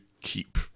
keep